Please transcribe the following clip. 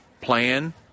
plan